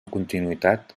continuïtat